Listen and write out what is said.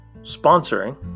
sponsoring